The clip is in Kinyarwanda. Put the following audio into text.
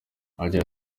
agira